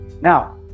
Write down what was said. now